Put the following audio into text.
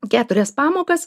keturias pamokas